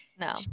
no